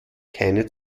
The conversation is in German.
keine